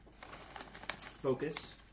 focus